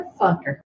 Motherfucker